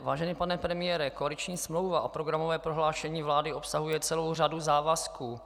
Vážený pane premiére, koaliční smlouva o programovém prohlášení vlády obsahuje celou řadu závazků.